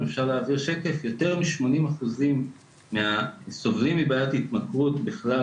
יותר מ-80% מהסובלים מבעיית התמכרות בכלל